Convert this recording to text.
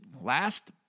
last